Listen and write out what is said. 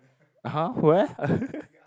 (uh huh) where